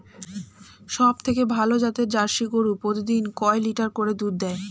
সবথেকে ভালো জাতের জার্সি গরু প্রতিদিন কয় লিটার করে দুধ দেয়?